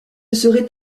serait